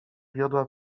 wiodła